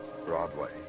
Broadway